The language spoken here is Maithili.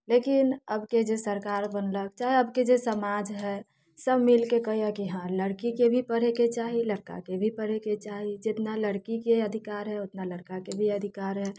लेकिन अबके जे सरकार बनलक चाहे अबके जे समाज हय सब मिलके कहे हय कि हँ लड़कीके भी पढ़ेके चाही लड़काके भी पढ़ेके चाही जितना लड़कीके अधिकार हय ओतना लड़काके भी अधिकार हय